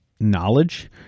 knowledge